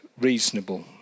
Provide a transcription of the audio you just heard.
reasonable